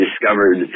discovered